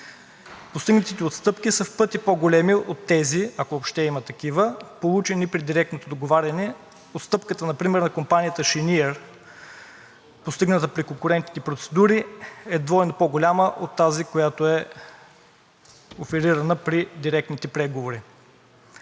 Постигнатите отстъпки са в пъти по-големи от тези, ако въобще има такива, получени при директно договаряне. Отстъпката например на компанията „Шениър“, постигната при конкурентните процедури, е двойно по-голяма от тази, която е оферирана при директните преговори.